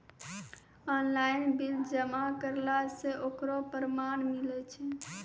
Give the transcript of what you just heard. Online bill जमा करला से ओकरौ परमान मिलै छै?